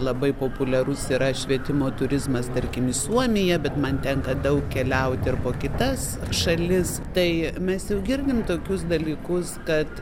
labai populiarus yra švietimo turizmas tarkim į suomiją bet man tenka daug keliauti ir po kitas šalis tai mes jau girdim tokius dalykus kad